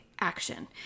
action